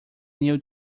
new